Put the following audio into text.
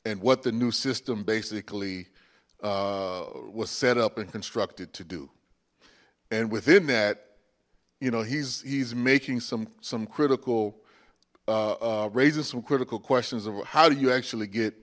and what the new system basically was set up and constructed to do and within that you know he's making some some critical raises some critical questions of how do you actually get